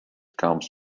comes